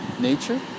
nature